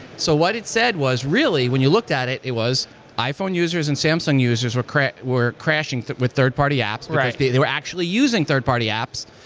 so what it said was, really, when you looked at it, it was iphone users and samsung users were crashing were crashing with third-party apps because they were actually using third-party apps,